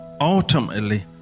Ultimately